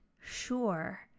sure